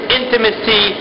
intimacy